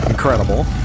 incredible